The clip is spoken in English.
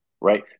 right